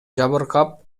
жабыркап